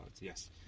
Yes